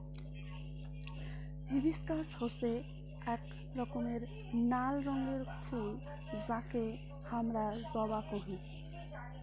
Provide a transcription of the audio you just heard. hibiscus হসে আক রকমের নাল রঙের ফুল যাকে হামরা জবা কোহি